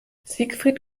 siegfried